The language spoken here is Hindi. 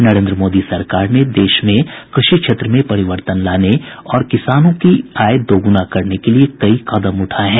नरेंद्र मोदी सरकार ने देश में कृषि क्षेत्र में परिवर्तन लाने और किसानों की आय दोगुना करने के लिए कई कदम उठाए हैं